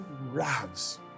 rags